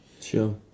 sure